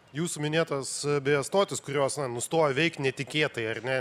jūsų minėtas beje stotys kurios nustojo veikt netikėtai ar ne